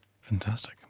Fantastic